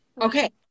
Okay